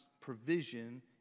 provision